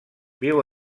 viu